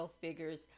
figures